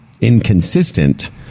inconsistent